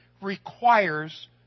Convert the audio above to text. requires